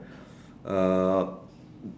uh